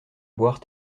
boire